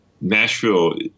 Nashville